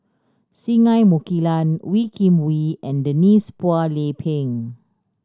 Singai Mukilan Wee Kim Wee and Denise Phua Lay Peng